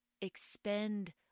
expend